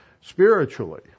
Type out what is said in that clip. spiritually